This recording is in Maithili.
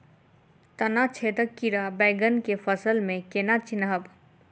तना छेदक कीड़ा बैंगन केँ फसल म केना चिनहब?